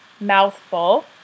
mouthful